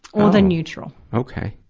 or the neutral. okay,